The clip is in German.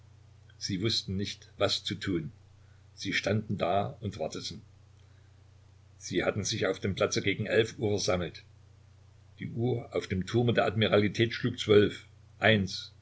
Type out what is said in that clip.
sie wußten nicht was zu tun sie standen da und warteten sie hatten sich auf dem platze gegen elf uhr versammelt die uhr auf dem turme der admiralität schlug zwölf eins